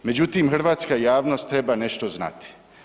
Međutim, hrvatska javnost treba nešto znati.